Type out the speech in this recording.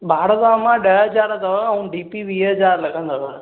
भाड़ो त अमा ॾह हज़ार अथव ऐं डीपी वीह हज़ार लगं॒दव